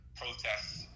protests